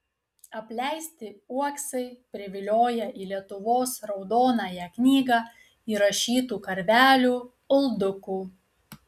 apleisti uoksai privilioja į lietuvos raudonąją knygą įrašytų karvelių uldukų